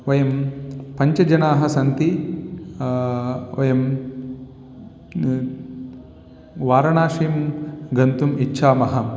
वयं पञ्चजनाः सन्ति वयं न वाराणासीं गन्तुम् इच्छामः